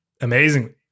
amazingly